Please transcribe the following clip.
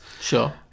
Sure